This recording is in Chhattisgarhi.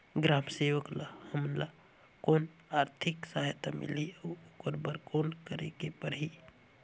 ग्राम सेवक ल हमला कौन आरथिक सहायता मिलही अउ ओकर बर कौन करे के परही?